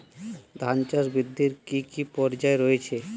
ধান চাষ বৃদ্ধির কী কী পর্যায় রয়েছে?